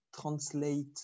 translate